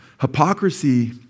Hypocrisy